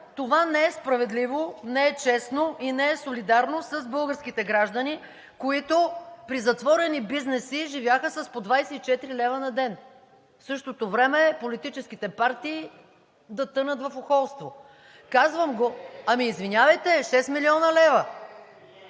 това не е справедливо, не е честно и не е солидарно с българските граждани, които при затворени бизнеси живяха с по 24 лв. на ден. В същото време политическите партии да тънат в охолство. Извинявайте, 6 млн. лв.!